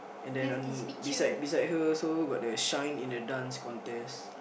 and then on beside beside her also got the shine in the Dance Contest